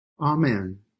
Amen